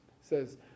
says